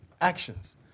actions